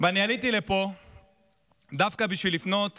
אני עליתי לפה דווקא בשביל לפנות